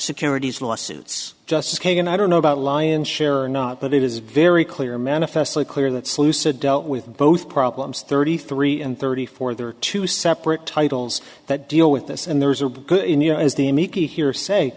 securities lawsuits justice kagan i don't know about lion's share or not but it is very clear manifestly clear that salusa dealt with both problems thirty three and thirty four there are two separate titles that deal with this and there's a